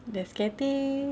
there's cathay